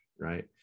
right